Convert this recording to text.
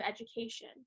education